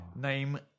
Name